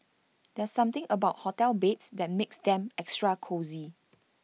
there's something about hotel beds that makes them extra cosy